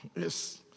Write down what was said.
Yes